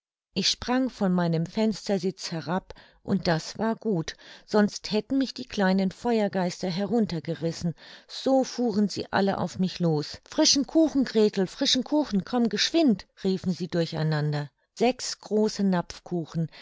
ich sprang von meinem fenstersitz herab und das war gut sonst hätten mich die kleinen feuergeister herunter gerissen so fuhren sie alle auf mich los frischen kuchen gretel frischen kuchen komm geschwind riefen sie durcheinander sechs große